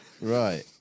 Right